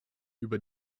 über